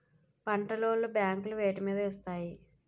పంట లోన్ లు బ్యాంకులు వేటి మీద ఇస్తాయి?